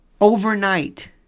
overnight